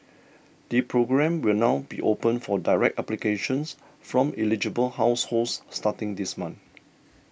the programme will now be open for direct applications from eligible households starting this month